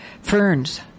ferns